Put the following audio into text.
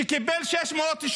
שקיבל 680,